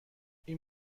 این